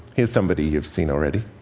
here's somebody you've seen already.